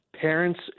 Parents